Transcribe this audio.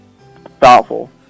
thoughtful